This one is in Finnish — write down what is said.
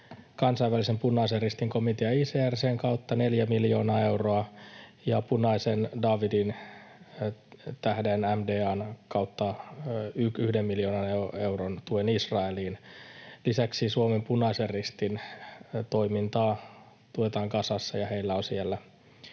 kansainvälisen Punaisen Ristin komitean ICRC:n kautta neljä miljoonaa euroa ja Punaisen Daavidin tähden, MDA:n, kautta yhden miljoonan euron Israeliin. Lisäksi Suomen Punaisen Ristin toimintaa tuetaan Gazassa, ja heillä on siellä